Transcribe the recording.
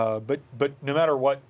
ah but but no matter what,